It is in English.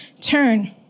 turn